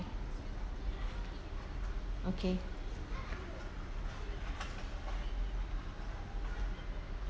okay